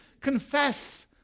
confess